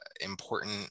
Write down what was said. important